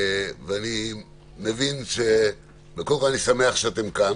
אני שמח שאתם כאן,